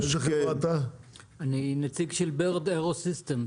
אני נציג של בירד אירוסיסטמס.